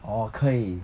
orh 可以